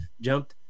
jumped